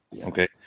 Okay